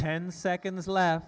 ten seconds left